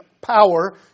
power